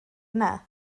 yna